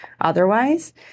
otherwise